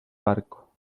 barco